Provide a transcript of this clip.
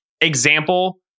example